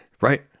right